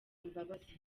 imbabazi